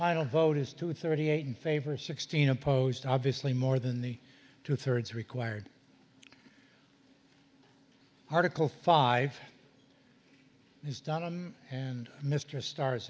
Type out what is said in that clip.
final vote is two thirty eight in favor sixteen opposed obviously more than the two thirds required article five is done on and mr star